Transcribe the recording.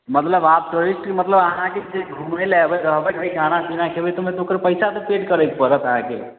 मतलब आब टुरिस्ट मतलब आहाँके एत्ते घुमै लए अयबै रहबै खाना पीना खेबै तैमे तऽ ओकर पैसा तऽ पेड करै पड़त अहाँके